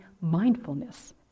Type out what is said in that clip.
mindfulness